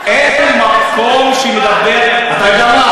אל תלמד אותנו, אין מקום שמדבר, אתה יודע מה?